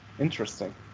Interesting